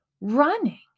running